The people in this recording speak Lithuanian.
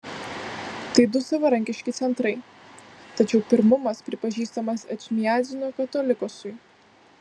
tai du savarankiški centrai tačiau pirmumas pripažįstamas ečmiadzino katolikosui